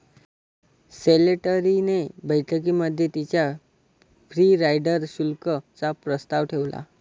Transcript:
Slattery ने बैठकीमध्ये तिच्या फ्री राईडर शुल्क चा प्रस्ताव ठेवला